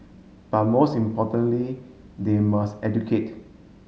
but most importantly they must educate